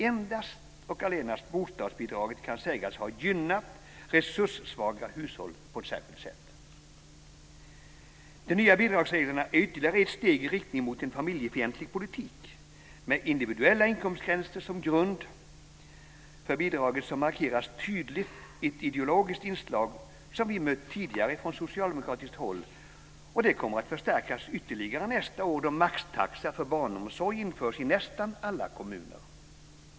Endast och allenast bostadsbidraget kan sägas ha gynnat resurssvaga hushåll på ett särskilt sätt. De nya bidragsreglerna är ytterligare ett steg i riktning mot en familjefientlig politik. Med individuella inkomstgränser som grund för bidraget markeras tydligt ett ideologiskt inslag som vi mött tidigare från socialdemokratiskt håll, och det kommer att förstärkas ytterligare nästa år då maxtaxa för barnomsorg införs i nästan alla kommuner.